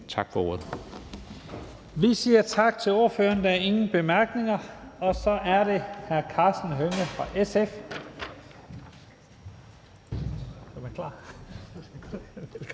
Lahn Jensen): Vi siger tak til ordføreren. Der er ingen bemærkninger. Så er det hr. Karsten Hønge fra SF.